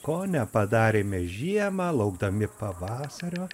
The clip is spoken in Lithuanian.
ko nepadarėme žiemą laukdami pavasario